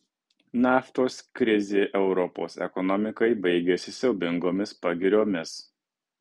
naftos krizė europos ekonomikai baigėsi siaubingomis pagiriomis